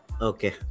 Okay